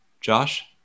Josh